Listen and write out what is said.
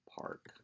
Park